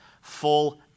full